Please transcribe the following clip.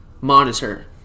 monitor